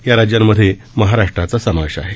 या राज्यामधे महाराष्ट्राचा समावेश आहे